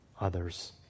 others